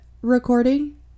recording